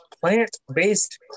plant-based